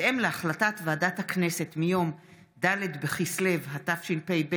בהתאם להחלטת ועדת הכנסת מיום ד' בכסלו התשפ"ב,